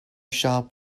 shop